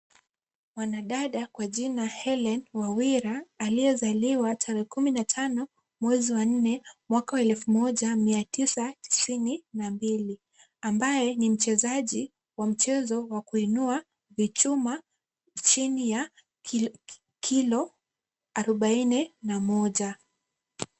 Mwanadada kwa jina Helen Wawira aliyezaliwa tarehe kumi na tano mwezi wa nne mwaka wa elfu moja mia tisa tisini na mbili, ambaye ni mchezaji wa mchezo wa kuinua vichuma chini ya kilo arubaini na moja.